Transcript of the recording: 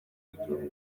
y’igihugu